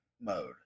mode